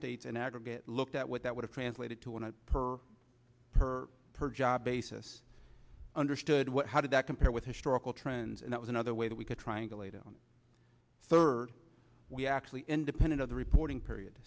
states and aggregate looked at what that would have translated to on a per per per job basis understood what how did that compare with historical trends and that was another way that we could trying to lay down third we actually independent of the reporting period